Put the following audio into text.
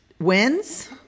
wins